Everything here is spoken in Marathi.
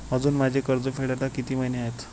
अजुन माझे कर्ज फेडायला किती महिने आहेत?